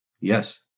Yes